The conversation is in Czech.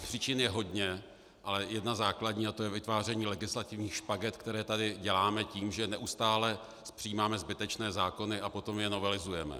Příčin je hodně, ale jedna je základní a to je vytváření legislativních špaget, které tady děláme tím, že neustále přijímáme zbytečné zákony a potom je novelizujeme.